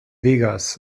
vegas